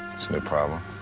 no problem.